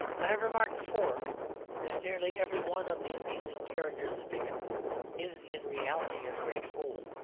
i have remarked before that nearly every one of the amusing characters of dickens is in reality a great fool.